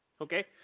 Okay